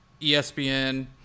ESPN